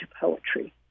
poetry